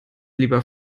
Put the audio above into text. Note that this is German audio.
lieber